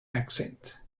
accent